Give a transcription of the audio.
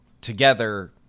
together